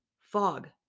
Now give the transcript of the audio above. fog